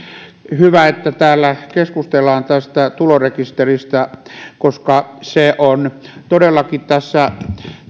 hyvä että täällä keskustellaan tulorekisteristä koska se on todellakin tässä